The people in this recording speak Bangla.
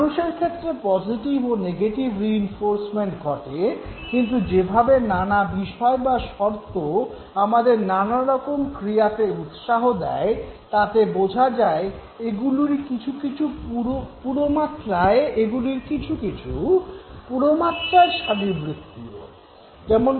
মানুষের ক্ষেত্রে পজিটিভ ও নেগেটিভ রিইনফোর্সমেন্ট ঘটে কিন্তু যেভাবে নানা বিষয় বা শর্ত আমাদের নানারকম ক্রিয়াতে উৎসাহ দেয় তাতে বোঝা যায় এগুলির কিছু কিছু পুরোমাত্রায় শারীরবৃত্তিয়